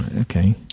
okay